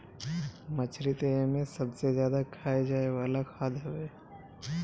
मछरी तअ एमे सबसे ज्यादा खाए जाए वाला खाद्य हवे